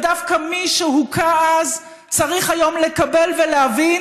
ודווקא מי שהוכה אז צריך היום לקבל ולהבין